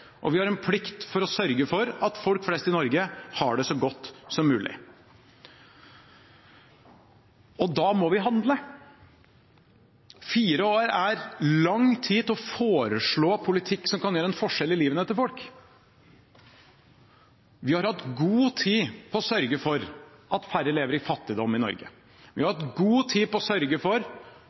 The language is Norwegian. og vi har en plikt til å sørge for at folk flest i Norge har det så godt som mulig. Da må vi handle. Fire år er lang tid til å foreslå politikk som kan utgjøre en forskjell i livene til folk. Vi har hatt god tid til å sørge for at færre lever i fattigdom i Norge. Vi har hatt god tid til å sørge for